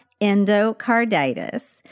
endocarditis